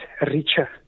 richer